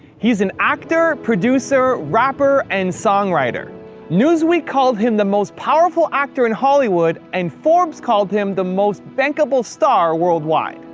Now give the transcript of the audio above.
he is an actor, producer, rapper, and song writer news we called him the most powerful actor in hollywood, and forbes call him the most bankable star worldwide.